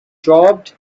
dropped